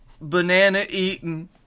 banana-eating